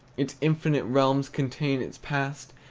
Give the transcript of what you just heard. its infinite realms contain its past,